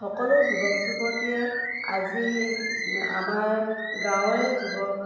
সকলো যুৱক যুৱতীয়ে আজি আমাৰ গাঁৱৰে যুৱক